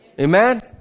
Amen